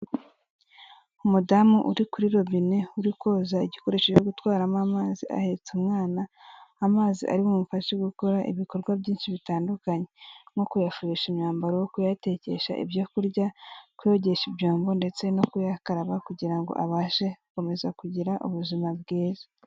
Umudamu uri kuri robine uri koza igikoresho cyo gutwaramo amazi ahetse umwana, amazi ari bumfashe gukora ibikorwa byinshi bitandukanye, nko kuyafurisha imyambaro, kuyatekesha ibyo kurya, kuyogesha ibyombo ndetse no kuyakaraba kugira ngo abashe gukomeza kugira ubuzima bwiza.